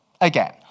Again